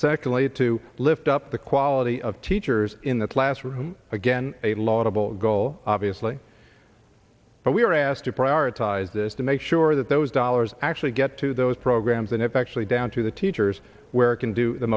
secondly to lift up the quality of teachers in the classroom again a lot of old goal obviously but we are asked to prioritize this to make sure that those dollars actually get to those programs and it's actually down to the teachers where it can do the